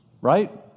right